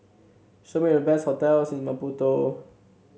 show me the best hotels in Maputo